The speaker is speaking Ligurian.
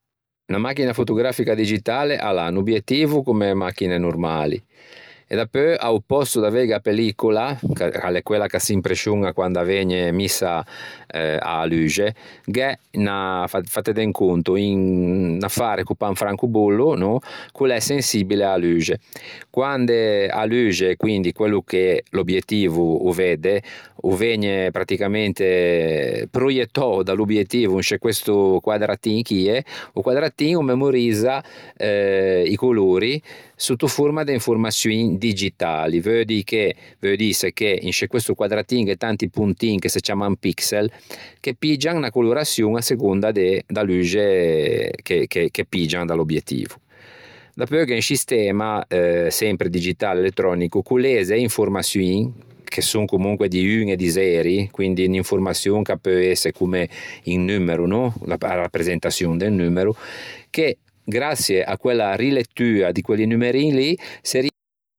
Unna machina fotograficha digitale a l'à un obiettivo comme e machine normali e dapeu a-o pòsto de aveighe a pellicola ch'a l'é quella ch'a s'imprescioña quande a vëgne missa a-a luxe, gh'é ne fateve un conto un affare ch'o pâ un francobollo, no, ch'o l'é sensibile a-a luxe. Quande a luxe, quindi quello che l'obiettivo o vedde, o vëgne pratticamente proiettou da l'obiettivo in sce questo quaddratin chie, o quaddratin o memorizza eh i colori, sotto forma de informaçioin digitali, veu dî che veu dîse che in sce questo quaddratin gh'é tanti pontin che se ciamman pixel che piggian unna coloraçion à segonda da luxe che che piggian da l'obiettivo. Dapeu gh'é un scistema eh sempre digitale elettrònico ch'o leze e informaçioin che son comonque di un e di zeri, quindi unn'informaçion ch'a peu ëse comme un numero no, a rapresentaçion de un numero che, graçie a-a rilettua de quelli numeri lì se.